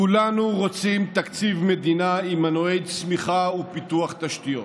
כולנו רוצים תקציב מדינה עם מנועי צמיחה ופיתוח תשתיות,